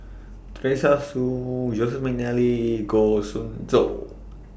Teresa Hsu Joseph Mcnally Goh Soon Tioe